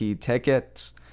tickets